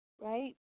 right